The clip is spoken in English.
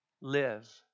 live